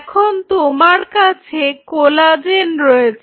এখন তোমার কাছে কোলাজেন রয়েছে